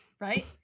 Right